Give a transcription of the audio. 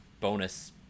bonus